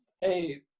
Hey